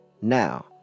Now